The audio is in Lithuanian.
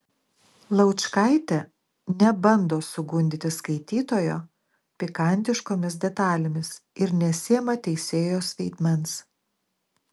laučkaitė nebando sugundyti skaitytojo pikantiškomis detalėmis ir nesiima teisėjos vaidmens